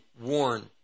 warn